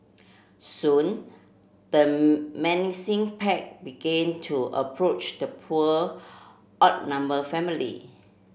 soon the menacing pack begin to approach the poor outnumber family